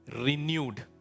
renewed